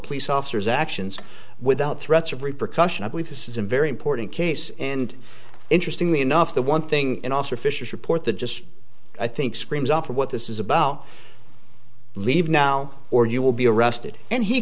police officer's actions without threats of repercussion i believe this is a very important case and interestingly enough the one thing and also officials report that just i think screams off of what this is about leave now or you will be arrested and he